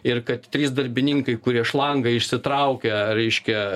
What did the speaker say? ir kad trys darbininkai kurie šlangą išsitraukę reiškia